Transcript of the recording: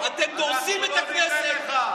אתם דורסים את הכנסת.